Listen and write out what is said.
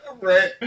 Right